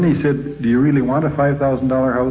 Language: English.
he said, do you really want a five thousand ah um